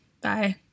Bye